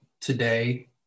today